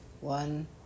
One